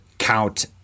count